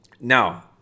Now